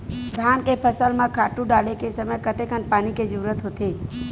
धान के फसल म खातु डाले के समय कतेकन पानी के जरूरत होथे?